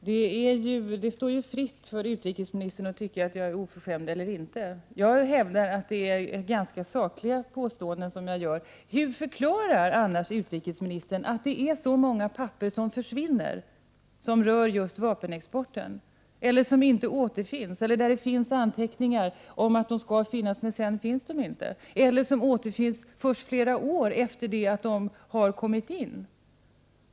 Herr talman! Det står utrikesministern fritt att tycka att jag är oförskämd. Jag hävdar att det är ganska sakliga påståenden jag gör. Hur förklarar annars utrikesministern att så många papper vilka rör just vapenexporten försvinner eller inte återfinns? Sådana som enligt anteckningar skall finnas; sedan finns de inte. Andra återfinns först flera år efter det att de har kommit in.